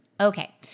Okay